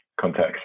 context